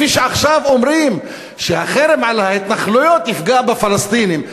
כפי שעכשיו אומרים שהחרם על ההתנחלויות יפגע בפלסטינים.